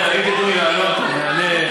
אם תיתנו לי לענות אני אענה,